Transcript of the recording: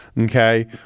Okay